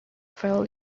fell